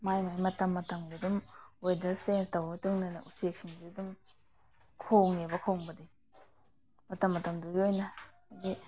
ꯃꯥꯒꯤ ꯃꯥꯒꯤ ꯃꯇꯝ ꯃꯇꯝꯒꯤ ꯑꯗꯨꯝ ꯋꯦꯗꯔ ꯆꯦꯟꯖ ꯇꯧꯕꯒꯤ ꯃꯇꯨꯡ ꯏꯟꯅ ꯎꯆꯦꯛꯁꯤꯡꯁꯨ ꯑꯗꯨꯝ ꯈꯣꯡꯉꯦꯕ ꯈꯣꯡꯕꯗꯤ ꯃꯇꯝ ꯃꯇꯝꯗꯨꯒꯤ ꯑꯣꯏꯅ ꯍꯥꯏꯗꯤ